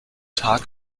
tag